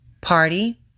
party